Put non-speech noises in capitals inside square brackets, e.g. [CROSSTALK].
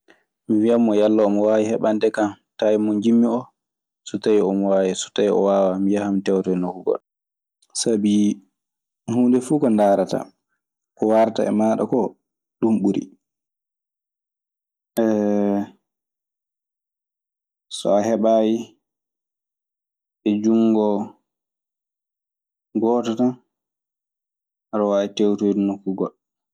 Mi wiyan mo yalla omo waawi heɓande kan tay mo njiɗmi oo. So tawi omo waawi. So tawi o waawaa, mi yahan mi tewtoya nokku goɗɗo. Sabi, huunde fuu ko ndaarataa ko waarta e maaɗa koo, ɗun ɓuri. [HESITATION] So a heɓaayi e junngo goototan, aɗe waawi tewtoyde nokku goɗɗo.